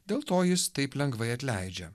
dėl to jis taip lengvai atleidžia